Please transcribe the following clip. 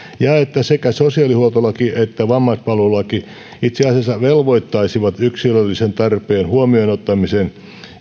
ja että sekä sosiaalihuoltolaki että vammaispalvelulaki itse asiassa velvoittaisivat yksilöllisen tarpeen huomioon ottamiseen